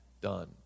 done